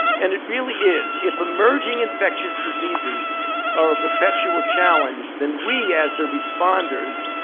and it really is. if emerging infectious diseases are a perpetual challenge, then we, as the responders,